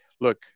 look